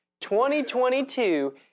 2022